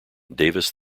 davis